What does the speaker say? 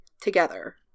together